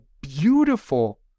beautiful